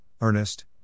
Ernest